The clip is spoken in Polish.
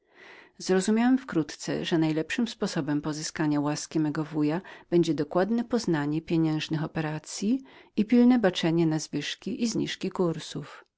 zrozumiałem wkrótce że najlepszym sposobem pozyskania łaski mego wuja było dokładne poznanie pieniężnych obrotów i pilna uwaga na podwyższanie lub